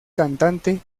cantante